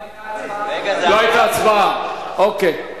היתה הצבעה, אוקיי.